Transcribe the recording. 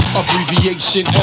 abbreviation